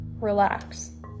relax